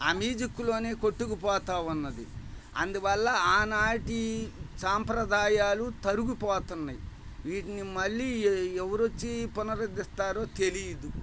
ఆ మ్యూజిక్లోనే కొట్టుకుపోతూ ఉన్నది అందువల్ల ఆ నాటి సాంప్రదాయాలు తరిగిపోతున్నాయి వీటిని మళ్ళీ ఎవరు వచ్చి పునరుద్ధరిస్తారో తెలీదు